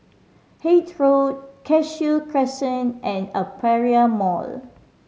Hythe Road Cashew Crescent and Aperia Mall